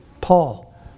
Paul